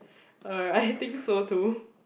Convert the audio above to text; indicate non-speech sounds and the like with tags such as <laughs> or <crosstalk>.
uh <laughs> I think so too